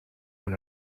but